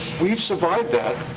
we've survived that,